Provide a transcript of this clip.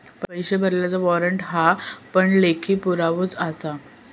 पैशे भरलल्याचा वाॅरंट ह्यो पण लेखी पुरावोच आसा